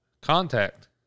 Contact